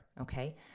okay